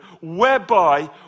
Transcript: whereby